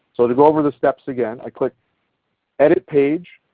so to go over the steps again, i clicked edit page,